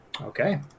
okay